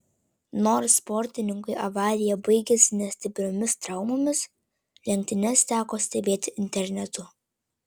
nors sportininkui avarija baigėsi ne stipriomis traumomis lenktynes teko stebėti internetu